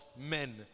men